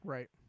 Right